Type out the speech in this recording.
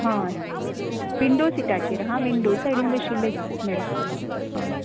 हय विंडो सिटाचेर हांव विंडो सायडीन बशिल्लें मॅडम हय